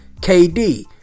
KD